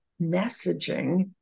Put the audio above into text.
messaging